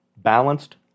balanced